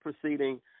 proceeding